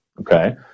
okay